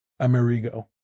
Amerigo